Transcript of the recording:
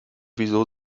wieso